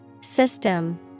System